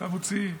חמוצים.